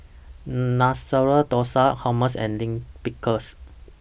Masala Dosa Hummus and Lime Pickle